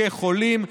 חולים.